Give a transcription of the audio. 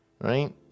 Right